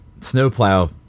snowplow